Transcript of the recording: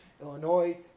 Illinois